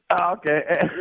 Okay